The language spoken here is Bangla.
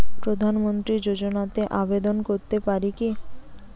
প্রধানমন্ত্রী যোজনাতে আবেদন করতে পারি কি?